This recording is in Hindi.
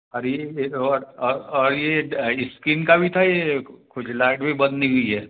अभी ये और और और ये स्किन का भी था ये खुजलाहट भी बंद नहीं हुई है